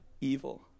evil